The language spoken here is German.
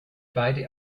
beide